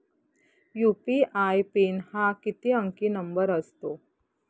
UPI pin हा किती अंकी नंबर असतो?